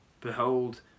Behold